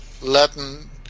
Latin